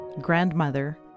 grandmother